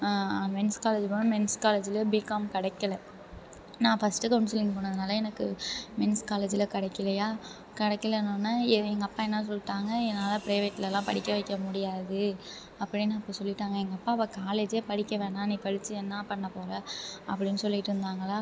men's college போனேன் men's காலேஜ்லேயும் B Com கிடைக்கல நான் ஃபஸ்ட்டு கவுன்சிலிங் போனதுனால் எனக்கு மென்ஸ் காலேஜில் கிடைக்கலயா கிடைக்கலனோன்னே எ எங்கள் அப்பா என்ன சொல்லிட்டாங்க என்னால் ப்ரைவேட்டுலலாம் படிக்க வைக்க முடியாது அப்படின்னு அப்போ சொல்லிவிட்டாங்க எங்கள் அப்பா அப்போ காலேஜே படிக்க வேணாம் நீ படித்து என்ன பண்ணப் போகிற அப்படின்னு சொல்லிட்டுருந்தாங்களா